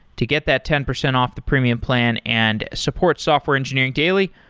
to get that ten percent off the premium plan and support software engineering daily,